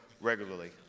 regularly